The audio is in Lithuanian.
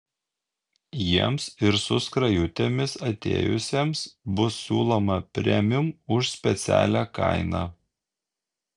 jiems ir su skrajutėmis atėjusiems bus siūloma premium už specialią kainą